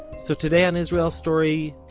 so today on israel story,